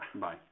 Bye